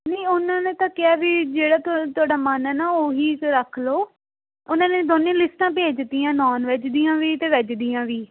ਨਹੀਂ ਉਹਨਾਂ ਨੇ ਤਾਂ ਕਿਹਾ ਵੀ ਜਿਹੜਾ ਵੀ ਤੁਹਾ ਤੁਹਾਡਾ ਮਨ ਹੈ ਨਾ ਉਹੀ ਫੇਰ ਰੱਖ ਲਓ ਉਹਨਾਂ ਨੇ ਦੋਨੇਂ ਲਿਸਟਾਂ ਭੇਜ ਦਿੱਤੀਆਂ ਨਾਨ ਵੈਜ ਦੀਆਂ ਵੀ ਅਤੇ ਵੈਜ ਦੀਆਂ ਵੀ